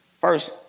First